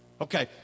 Okay